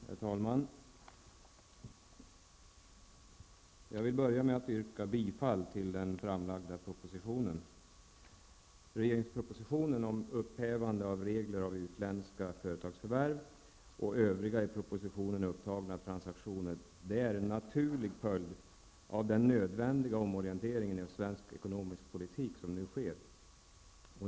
Herr talman! Jag vill börja med att yrka bifall till den framlagda propositionen. Regeringspropositionen om upphävande av regler om utländska företagsförvärv, och övriga i propositionen upptagna transaktioner, är en naturlig följd av den nödvändiga omorientering av svensk ekonomisk politik som nu sker.